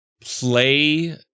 play